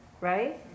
right